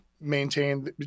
maintain